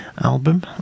album